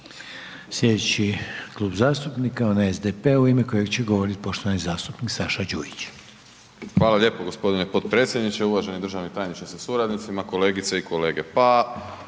Slijedeći Klub zastupnika onaj SDP-a u ime kojeg će govorit poštovani zastupnik Saša Đujić. **Đujić, Saša (SDP)** Hvala lijepo g. potpredsjedniče, uvaženi državni tajniče sa suradnicima, kolegice i kolege, pa